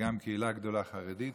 וגם קהילה חרדית